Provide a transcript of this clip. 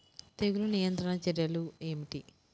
తెగులు నియంత్రణ చర్యలు ఏమిటి?